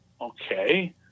Okay